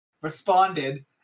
responded